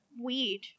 weed